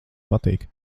patīk